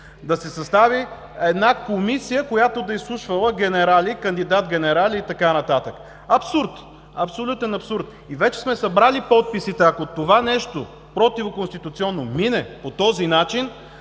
Да се състави комисия, която да изслушвала генерали и кандидат-генерали и така нататък. Абсурд, абсолютен абсурд! И вече сме събрали подписите, ако това нещо противоконституционно мине по този начин